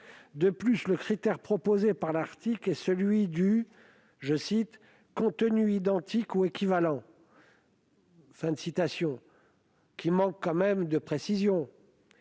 De plus, le critère proposé par l'article- avoir un contenu « identique ou équivalent » -manque tout de même de précision.